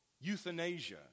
euthanasia